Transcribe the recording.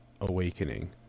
awakening